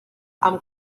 amb